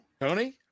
Tony